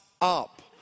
up